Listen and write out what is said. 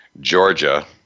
Georgia